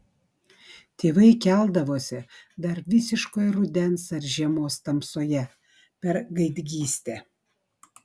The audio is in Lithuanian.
tėvai keldavosi dar visiškoje rudens ar žiemos tamsoje per gaidgystę